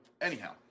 Anyhow